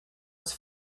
its